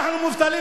אנחנו מובטלים,